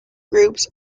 groups